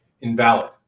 invalid